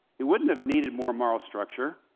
he wouldn't have needed more moral structure,